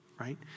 right